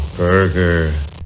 burger